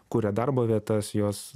kuria darbo vietas jos